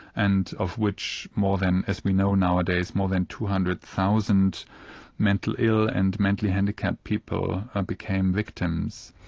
and of which more than. as we know nowadays, more than two hundred thousand mentally ill and mentally handicapped people became victims.